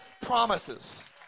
promises